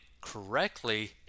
correctly